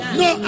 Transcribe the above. no